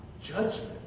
judgment